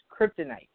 kryptonite